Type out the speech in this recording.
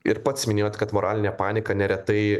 ir pats minėjot kad moralinę paniką neretai